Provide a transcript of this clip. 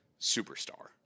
superstar